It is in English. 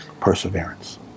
Perseverance